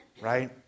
Right